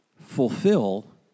fulfill